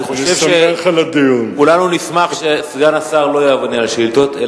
אני חושב שכולנו נשמח שסגן השר לא יענה על שאילתות,